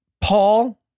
Paul